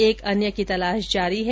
एक अन्य की तलाश जारी है